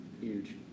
Huge